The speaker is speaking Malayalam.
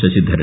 ശശിധരൻ